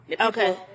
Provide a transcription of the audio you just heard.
Okay